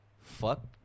fuck